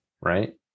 right